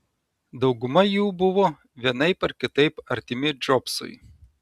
dauguma jų buvo vienaip ar kitaip artimi džobsui